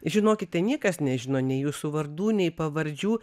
žinokite niekas nežino nei jūsų vardų nei pavardžių